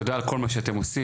תודה על כל מה שאתם עושים,